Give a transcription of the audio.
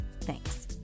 thanks